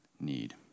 need